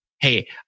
Hey